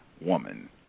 woman